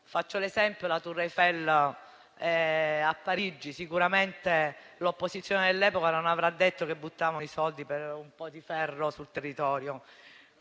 Faccio l'esempio della Tour Eiffel a Parigi, per la quale sicuramente l'opposizione dell'epoca non avrà detto che si buttavano i soldi per un po' di ferro sul territorio.